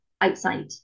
outside